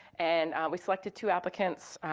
and we selected two applicants,